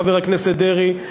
חבר הכנסת דרעי,